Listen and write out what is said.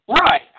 Right